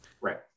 Right